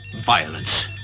violence